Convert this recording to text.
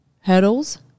hurdles